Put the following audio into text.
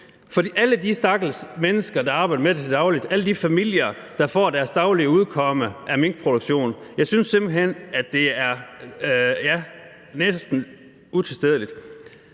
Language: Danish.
om alle de stakkels mennesker, der arbejder med det til daglig, alle de familier, der får deres daglige udkomme af minkproduktion, og jeg synes simpelt hen, det er næsten utilstedeligt.